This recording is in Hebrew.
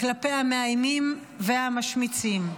כלפי המאיימים והמשמיצים.